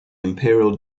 imperial